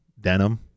denim